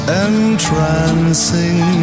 entrancing